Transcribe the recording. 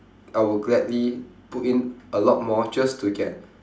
I would gladly put in a lot more just to get